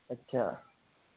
अच्छा